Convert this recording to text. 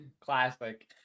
Classic